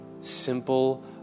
simple